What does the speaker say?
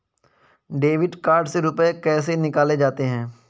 Debit card से रुपये कैसे निकाले जाते हैं?